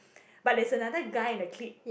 but there's another guy in the clique